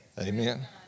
Amen